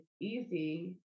easy